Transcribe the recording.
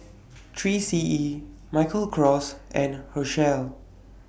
three C E Michael Kors and Herschel